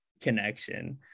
connection